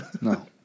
No